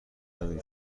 نداری